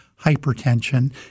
hypertension